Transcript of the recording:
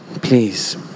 please